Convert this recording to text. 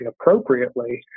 appropriately